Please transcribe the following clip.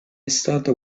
estate